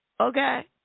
Okay